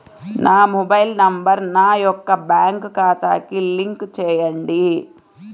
నా mobile number నా యొక్క బ్యాంక్ ఖాతాకి లింక్ చేయండీ?